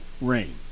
rain